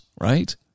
right